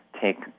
take